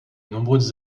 nombreuses